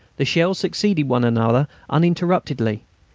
the shells succeeded one another uninterruptedly,